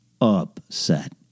upset